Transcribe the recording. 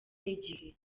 n’igihe